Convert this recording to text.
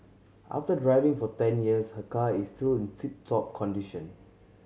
after driving for ten years her car is still in tip top condition